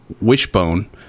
wishbone